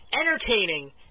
entertaining